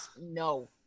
No